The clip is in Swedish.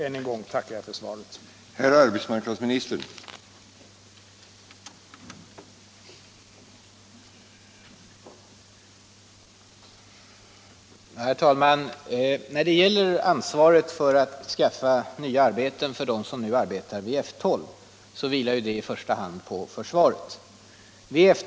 Än en gång tackar jag för svaret på min fråga.